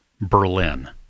Berlin